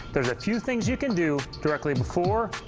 there's a few things you can do directly before,